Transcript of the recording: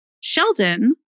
Sheldon